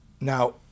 Now